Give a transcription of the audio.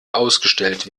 ausgestellt